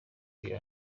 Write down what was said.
kundwa